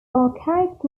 archaic